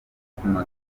umukono